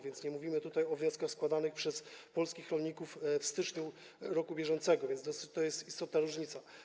A zatem nie mówimy tutaj o wnioskach składanych przez polskich rolników w styczniu br., to jest istotna różnica.